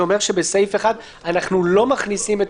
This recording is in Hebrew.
זה אומר שבסעיף 1 אנחנו לא מכניסים את